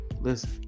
listen